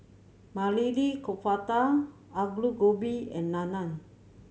Maili Kofta Alu Gobi and Naan